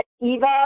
eva